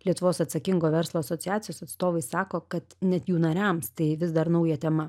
lietuvos atsakingo verslo asociacijos atstovai sako kad net jų nariams tai vis dar nauja tema